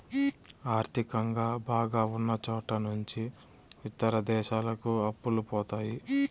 ఆర్థికంగా బాగా ఉన్నచోట నుంచి ఇతర దేశాలకు అప్పులు పోతాయి